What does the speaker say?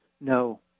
No